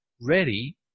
ready